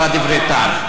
אבל היא דיברה דברי טעם.